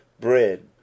Bread